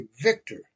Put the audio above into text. victor